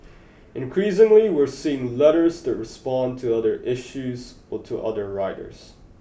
increasingly we are seeing letters that respond to other issues or to other writers